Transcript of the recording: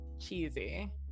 cheesy